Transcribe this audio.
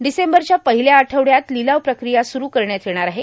डिसबरच्या पाहल्या आठवड्यात र्लिलाव प्रक्रिया सुरू करण्यात येणार आहे